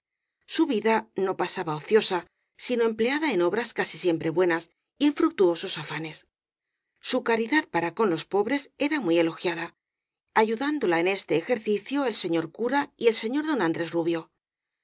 su vida no pasaba ociosa sino empleada en obras casi siem pre buenas y en fructuosos afanes su caridad para con los pobres era muy elogiada ayudándola en este ejercicio el señor cura y el señor don andrés rubio